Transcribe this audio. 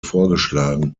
vorgeschlagen